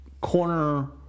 corner